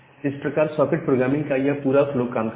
इस प्रकार socket programming का यह पूरा फ्लो काम करता है